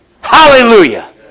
Hallelujah